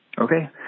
Okay